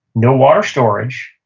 no water storage,